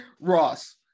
Ross